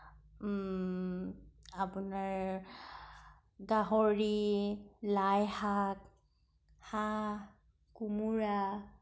আপোনাৰ গাহৰি লাইশাক হাঁহ কোমোৰা